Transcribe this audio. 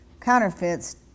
counterfeits